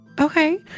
Okay